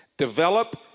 Develop